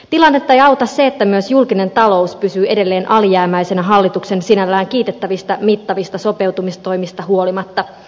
tilannetta ei auta se että myös julkinen talous pysyy edelleen alijäämäisenä hallituksen sinällään kiitettävistä mittavista sopeutumistoimista huolimatta